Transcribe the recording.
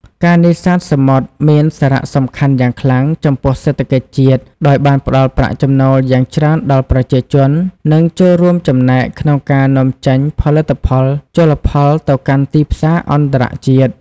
ការនេសាទសមុទ្រមានសារៈសំខាន់យ៉ាងខ្លាំងចំពោះសេដ្ឋកិច្ចជាតិ ដោយបានផ្ដល់ប្រាក់ចំណូលយ៉ាងច្រើនដល់ប្រជាជន និងចូលរួមចំណែកក្នុងការនាំចេញផលិតផលជលផលទៅកាន់ទីផ្សារអន្តរជាតិ។